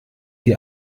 die